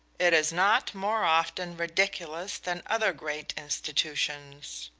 it is not more often ridiculous than other great institutions.